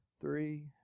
Three